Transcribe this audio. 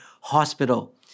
hospital